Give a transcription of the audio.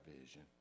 vision